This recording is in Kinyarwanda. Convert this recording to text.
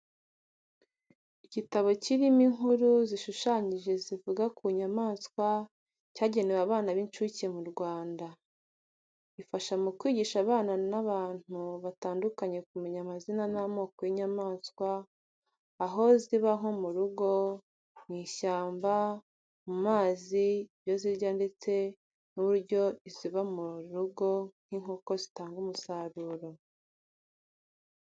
Igitabo kirimo inkuru zishushanyije zivuga ku nyamaswa cyagenewe abana b'incuke mu Rwanda. Ifasha mu kwigisha abana n’abantu batandukanye kumenya amazina n'amoko y'inyamaswa, aho ziba nko mu rugo, mu ishyamba, mu mazi, ibyo zirya ndetse n'uburyo iziba mu rugo nk'inkoko zitanga umusaruro.